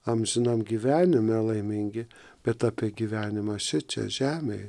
amžinam gyvenime laimingi bet apie gyvenimą šičia žemėj